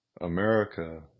America